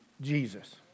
Jesus